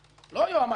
לא יועמ"ש איו"ש